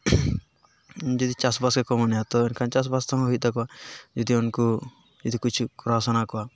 ᱡᱩᱫᱤ ᱪᱟᱥᱵᱟᱥ ᱜᱮᱠᱚ ᱢᱚᱱᱮᱭᱟ ᱛᱚᱵᱮ ᱮᱱᱠᱷᱟᱱ ᱪᱟᱥᱵᱟᱥ ᱨᱮᱦᱚᱸ ᱦᱩᱭᱩᱜ ᱛᱟᱠᱚᱣᱟ ᱡᱩᱫᱤ ᱩᱱᱠᱩ ᱡᱩᱫᱤ ᱠᱤᱪᱷᱩ ᱠᱚᱨᱟᱣ ᱥᱟᱱᱟᱟ ᱠᱚᱣᱟ